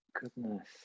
Goodness